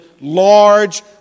large